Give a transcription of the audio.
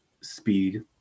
Speed